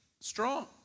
strong